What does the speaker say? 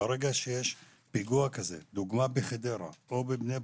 ברגע שיש פיגוע דוגמת חדרה או בני ברק,